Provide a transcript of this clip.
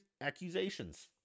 accusations